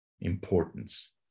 importance